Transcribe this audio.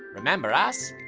remember us?